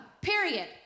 period